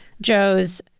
Joe's